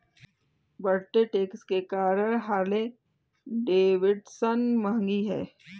बढ़ते टैक्स के कारण हार्ले डेविडसन महंगी हैं